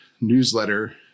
newsletter